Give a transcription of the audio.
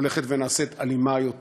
הולכת ונעשית אלימה יותר.